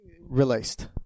released